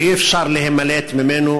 ואי-אפשר להימלט ממנו,